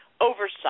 oversight